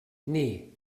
nee